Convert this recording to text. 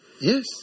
Yes